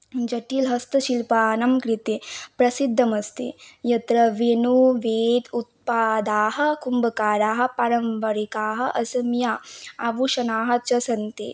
जटिलहस्तशिल्पानां कृते प्रसिद्धम् अस्ति यत्र वेणुवाद्य उत्पादाः कुम्भकाराः पारम्परिकाः असमीय आभूषणाः च सन्ति